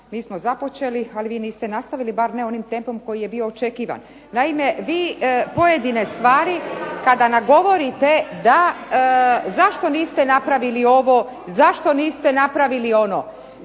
mi smo započeli ali vi niste nastavili bar ne onim tempom koji je bio očekivan. Naime, vi pojedine stvari kada nam govorite zašto niste napravili ovo, zašto niste napravili ono.